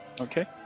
Okay